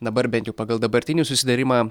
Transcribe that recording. dabar bent jau pagal dabartinį susitarimą